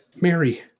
Mary